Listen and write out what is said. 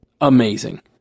amazing